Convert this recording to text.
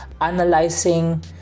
analyzing